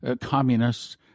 communists